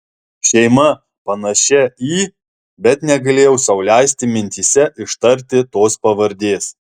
šeima panašia į bet negalėjau sau leisti mintyse ištarti tos pavardės